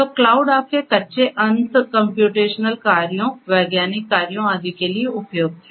तो क्लाउड आपके उच्च अंत कम्प्यूटेशनल कार्यों वैज्ञानिक कार्यों आदि के लिए उपयुक्त है